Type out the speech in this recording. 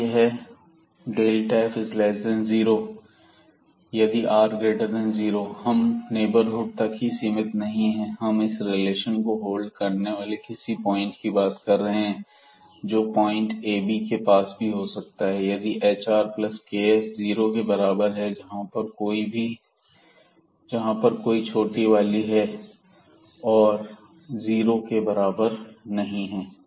तब यह f0 यदि r0 और हम नेबरहुड तक ही सीमित नहीं है हम इस रिलेशन को होल्ड करने वाले किसी पॉइंट की बात कर रहे हैं जो पॉइंट ab के पास भी हो सकता है जबकि hrks जीरो के बराबर है जहां पर के कोई छोटी वाली है और जीरो के बराबर नहीं है